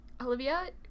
Olivia